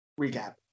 recap